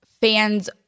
fans